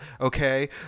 okay